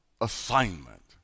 assignment